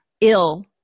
ill